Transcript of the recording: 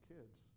kids